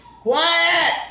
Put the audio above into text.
Quiet